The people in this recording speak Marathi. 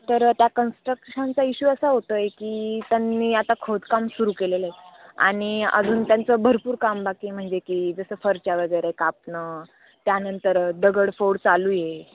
तर त्या कन्स्ट्रक्शनचा इश्यू असा होतो आहे की त्यांनी आता खोदकाम सुरू केलेलं आहे आणि अजून त्यांचं भरपूर काम बाकी म्हणजे की जसं फरशा वगैरे कापणं त्यानंतर दगडफोड चालू आहे